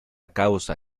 causa